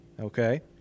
okay